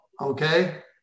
okay